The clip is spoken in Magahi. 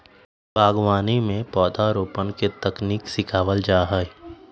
बागवानी में पौधरोपण के तकनीक सिखावल जा हई